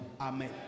Amen